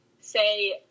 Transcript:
say